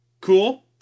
Cool